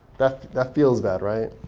that that feels bad, right?